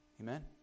Amen